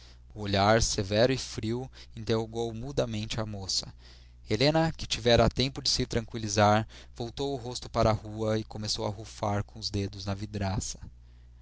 olhar severo e frio interrogou mudamente a moça helena que tivera tempo de se tranqüilizar voltou o rosto para a rua e começou a rufar com os dedos na vidraça